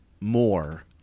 more